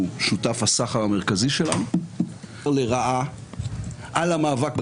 הייתה לי הזכות לפתוח לנו שגרירויות באיחוד האמירויות,